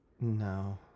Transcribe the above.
No